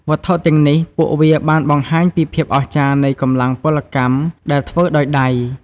វត្ថុទាំងនេះ ពួកវាបានបង្ហាញពីភាពអស្ចារ្យនៃកម្លាំងពលកម្មដែលធ្វើដោយដៃ។